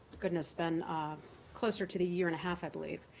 goodness, been closer to the year and a half, i believe.